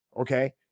okay